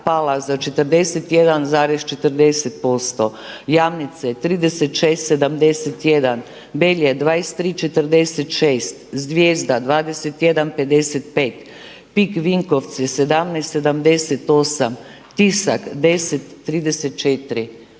pala za 41,40%, Jamnice 36,71, Belje 23,46, Zvijezda 21,55, PIK Vinkovci 17,78, Tisak 10,34,